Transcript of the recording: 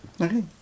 Okay